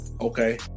Okay